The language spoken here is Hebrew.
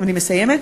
אני מסיימת.